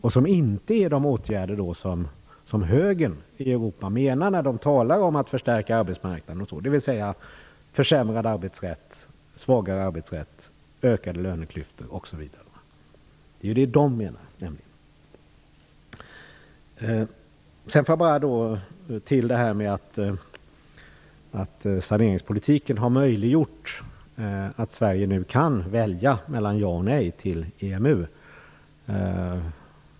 Det gäller då inte de åtgärder som högern i Europa avser när det talas om en förstärkt arbetsmarknad o.d. - alltså försämrad och svagare arbetsrätt, ökade löneklyftor osv. Sedan några ord om det här med att saneringspolitiken möjliggjort för Sverige att välja mellan ja och nej till EMU.